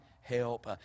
help